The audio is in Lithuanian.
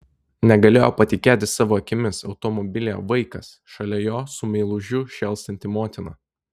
negalėjo patikėti savo akimis automobilyje vaikas šalia jo su meilužiu šėlstanti motina